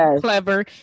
clever